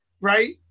right